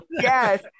Yes